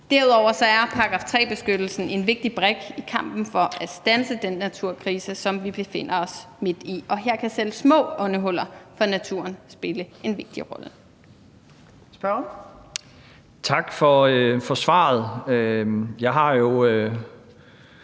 Derudover er § 3-beskyttelsen en vigtig brik i kampen for at standse den naturkrise, som vi befinder os midt i, og her kan selv små åndehuller for naturen spille en vigtig rolle. Kl. 15:38 Fjerde